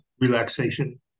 relaxation